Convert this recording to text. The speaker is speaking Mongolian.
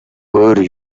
өөр